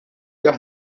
jkunu